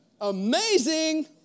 Amazing